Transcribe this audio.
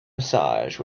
massage